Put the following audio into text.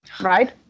right